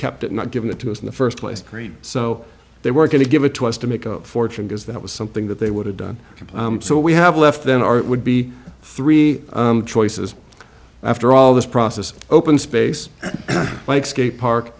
kept it not giving it to us in the st place so they were going to give it to us to make a fortune because that was something that they would have done and so we have left then our it would be three choices after all this process open space like skate park